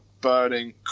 burning